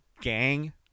gang